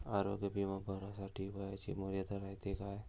आरोग्य बिमा भरासाठी वयाची मर्यादा रायते काय?